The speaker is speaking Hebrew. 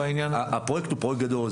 הפרויקט הוא פרויקט גדול,